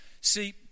See